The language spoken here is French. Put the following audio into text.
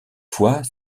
fois